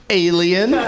alien